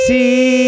See